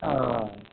हँ